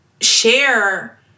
share